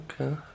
okay